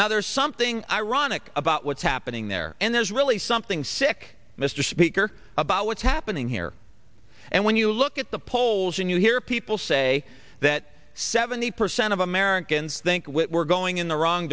now there's something ironic about what's happening there and there's really something sick mr speaker about what's happening here and when you look at the polls when you hear people say that seventy percent of americans think we're going in the wrong